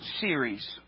series